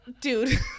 dude